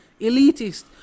elitist